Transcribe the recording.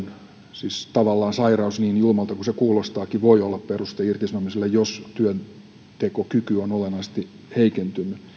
siis tavallaan sairaus niin julmalta kuin se kuulostaakin voi olla peruste irtisanomiselle jos työntekokyky on olennaisesti heikentynyt